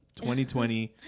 2020